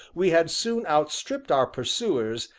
we had soon outstripped our pursuers,